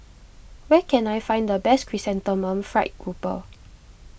where can I find the best Chrysanthemum Fried Grouper